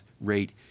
rate